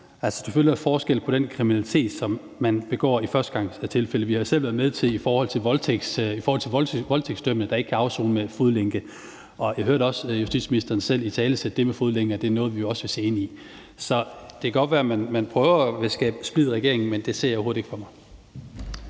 selvfølgelig forskel på den kriminalitet, som man begår i førstegangstilfælde. Vi har selv været med til det i forhold til voldtægtsdømte, der ikke kan afsone med fodlænke, og jeg hørte også justitsministeren selv italesætte det med fodlænker. Det er noget, vi også vil se på. Det kan godt være, man prøver at skabe splid i regeringen, men jeg ser det overhovedet